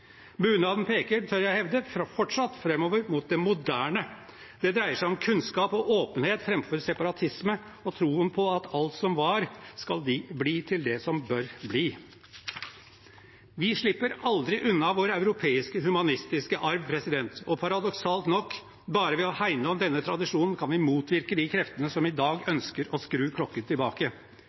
Bunaden peker, tør jeg hevde, fortsatt framover mot det moderne. Det dreier seg om kunnskap og åpenhet framfor separatisme og troen på at alt som var, skal bli til det som bør bli. Vi slipper aldri unna vår europeiske og humanistiske arv, og – paradoksalt nok – bare ved å hegne om denne tradisjonen kan vi motvirke de kreftene som i dag ønsker å skru klokken tilbake.